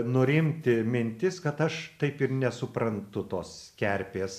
nurimti mintis kad aš taip ir nesuprantu tos kerpės